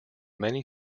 many